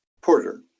porter